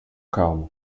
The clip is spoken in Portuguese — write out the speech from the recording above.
calma